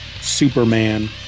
Superman